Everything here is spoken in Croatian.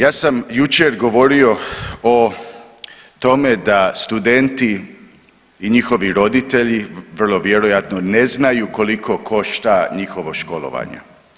Ja sam jučer govorio o tome da studenti i njihovi roditelji, vrlo vjerojatno ne znaju koliko košta njihovo školovanje.